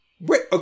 wait